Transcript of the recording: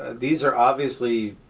these are obviously,